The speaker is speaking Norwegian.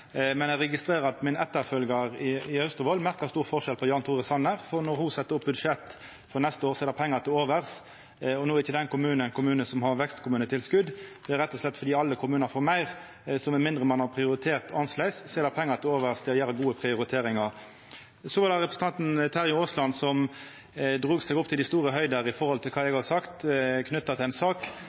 Men eg registrerer at min etterfølgjar i Austevoll merkar stor forskjell på Jan Tore Sanner, for når ho set opp budsjett for neste år, så er det pengar til overs. No er ikkje den kommunen ein kommune som har vekstkommunetilskot, det er rett og slett fordi alle kommunar får meir. Så med mindre ein har prioritert annleis, er det pengar til overs til å gjera gode prioriteringar. Representanten Terje Aasland drog seg opp til dei store høgder når det gjeld kva eg har sagt knytt til ei sak.